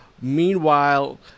Meanwhile